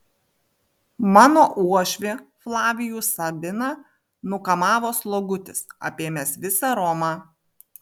mano uošvį flavijų sabiną nukamavo slogutis apėmęs visą romą